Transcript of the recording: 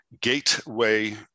Gateway